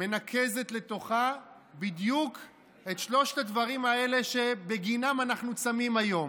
מנקזת לתוכה בדיוק את שלושת הדברים האלה שבגינם אנחנו צמים היום.